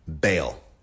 bail